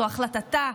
זו החלטתה,